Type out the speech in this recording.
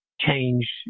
change